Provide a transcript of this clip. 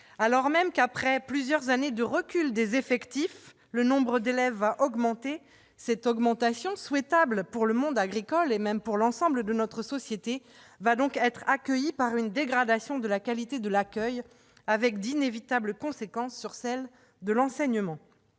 Alors même que, après plusieurs années de recul des effectifs, le nombre d'élèves va augmenter, cette hausse, souhaitable pour le monde agricole et, plus largement, pour l'ensemble de notre société, va donc être accueillie par une dégradation de la qualité de l'accueil, avec d'inévitables conséquences sur celle de l'enseignement.